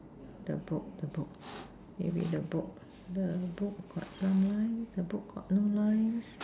the book the book maybe the book the book got some lines the book got no lines